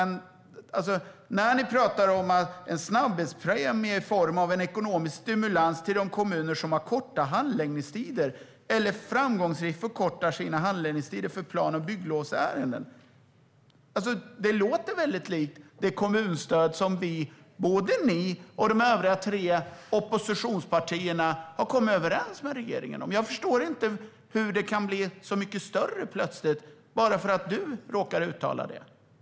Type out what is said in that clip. Ni pratar om en snabbhetspremie i form av en ekonomisk stimulans till de kommuner som har korta handläggningstider eller framgångsrikt förkortar sina handläggningstider för plan och bygglovsärenden. Det låter väldigt likt det kommunstöd som både ni och de övriga tre oppositionspartierna har kommit överens med regeringen om. Jag förstår inte hur det plötsligt kan bli så mycket större bara för att du råkar uttala det.